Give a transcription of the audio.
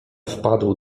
wpadł